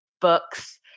books